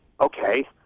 Okay